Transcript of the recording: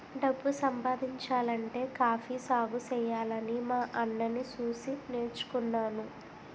డబ్బు సంపాదించాలంటే కాఫీ సాగుసెయ్యాలని మా అన్నని సూసి నేర్చుకున్నాను